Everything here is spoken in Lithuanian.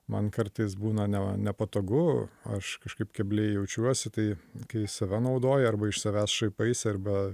man kartais būna ne nepatogu aš kažkaip kebliai jaučiuosi tai kai save naudoji arba iš savęs šaipaisi arba